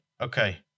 okay